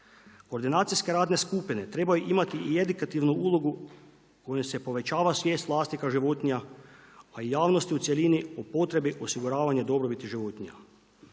Koordinacijske radne skupine trebaju imati i edukativnu ulogu kojom se povećava svijest vlasnika životinja, ali i javnost u cjelini po potrebi osiguravanja dobrobiti životinja.